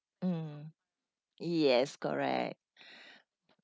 mm yes correct